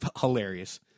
hilarious